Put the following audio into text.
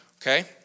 okay